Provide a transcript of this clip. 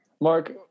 Mark